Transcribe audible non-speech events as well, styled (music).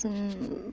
(unintelligible)